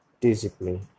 discipline